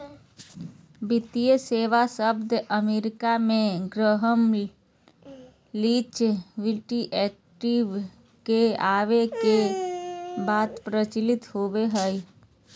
वित्तीय सेवा शब्द अमेरिका मे ग्रैहम लीच बिली एक्ट के आवे के बाद प्रचलित होलय